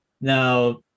now